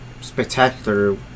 spectacular